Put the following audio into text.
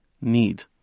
need